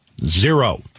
zero